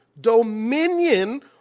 Dominion